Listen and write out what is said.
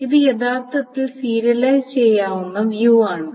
ഇത് യഥാർത്ഥത്തിൽ സീരിയലൈസ് ചെയ്യാവുന്ന വ്യൂ ആണ്